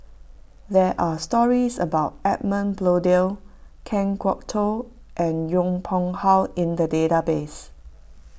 there are stories about Edmund Blundell Kan Kwok Toh and Yong Pung How in the database